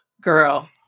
girl